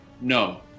no